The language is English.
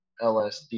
LSD